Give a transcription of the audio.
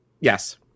Yes